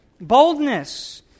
Boldness